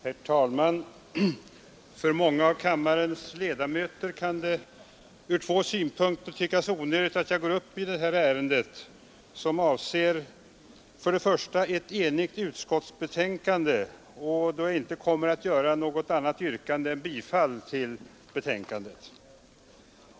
Herr talman! För många av kammarens ledamöter kan det ur två synpunkter tyckas onödigt att jag går upp i det här ärendet. För det första föreligger det ett enhälligt utskottsbetänkande, och jag kommer inte att göra något annat yrkande än om bifall till betänkandet.